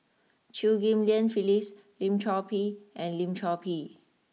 Chew Ghim Lian Phyllis Lim Chor Pee and Lim Chor Pee